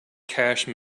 cache